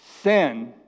sin